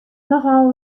nochal